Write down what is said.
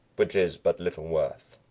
which is but little worth.